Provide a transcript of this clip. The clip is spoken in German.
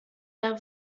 der